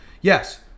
Yes